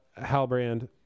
Halbrand